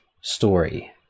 story